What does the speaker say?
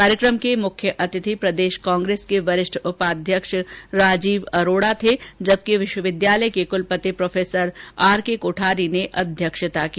कार्यकम के मुख्यअतिथि प्रदेष कांग्रेस के वरिष्ठ उपाध्यक्ष राजीव अरोड़ा थे जबकि विष्वविद्यालय के कुलपति प्रो आर के कोठारी ने अध्यक्षता की